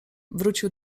wrócił